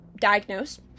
diagnose